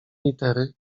litery